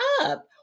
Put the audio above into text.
up